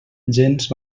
gens